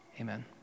Amen